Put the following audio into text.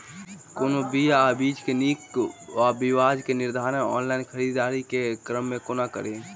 कोनों बीया वा बीज केँ नीक वा बेजाय केँ निर्धारण ऑनलाइन खरीददारी केँ क्रम मे कोना कड़ी?